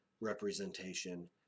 representation